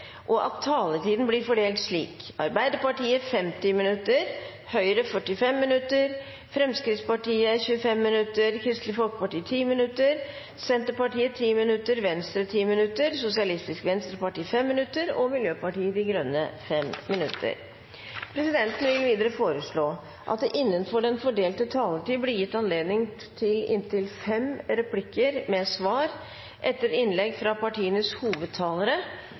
og at taletiden blir fordelt slik på gruppene: Arbeiderpartiet 50 minutter, Høyre 45 minutter, Fremskrittspartiet 25 minutter, Kristelig Folkeparti 10 minutter, Senterpartiet 10 minutter, Venstre 10 minutter, Sosialistisk Venstreparti 5 minutter og Miljøpartiet De Grønne 5 minutter. Videre vil presidenten foreslå at det – innenfor den fordelte taletid – blir gitt anledning til inntil fem replikker med svar etter innlegg fra partienes hovedtalere